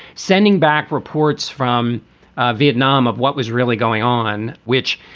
sending back reports from vietnam of what was really going on, which,